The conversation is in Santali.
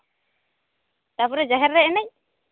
ᱛᱟᱯᱚᱨᱮ ᱡᱟᱦᱮᱨ ᱨᱮ ᱮᱱᱮᱡ